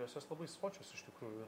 nes jos labai sočios iš tikrųjų yra